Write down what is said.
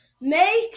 Make